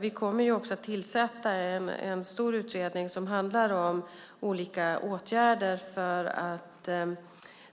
Vi kommer också att tillsätta en stor utredning om olika åtgärder för att